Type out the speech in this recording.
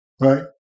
Right